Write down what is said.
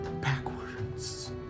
Backwards